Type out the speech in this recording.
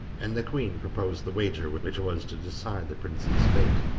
and the queen proposed the wager which was to decide the prince's fate.